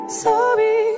sorry